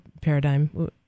paradigm